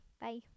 Bye